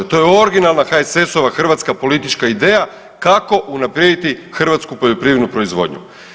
To je originalna HSS-ova hrvatska politička ideja kako unaprijediti hrvatsku poljoprivrednu proizvodnju.